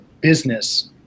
business